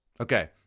Okay